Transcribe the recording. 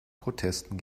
protesten